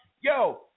Yo